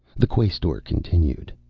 the quaestor continued,